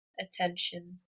attention